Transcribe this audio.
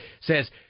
says